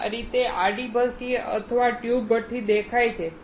આ રીતે આડી ભઠ્ઠી અથવા ટ્યુબ ભઠ્ઠી દેખાય છે